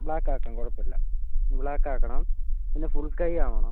black ആക്കാം കുഴപ്പമില്ല black ആക്കണം പിന്നെ ഫുൾ കൈ ആകണം